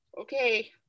okay